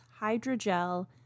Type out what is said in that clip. Hydrogel